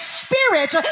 spirit